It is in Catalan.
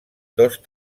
dos